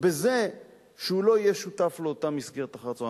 בזה שהוא לא יהיה שותף לאותה מסגרת אחר-הצהריים.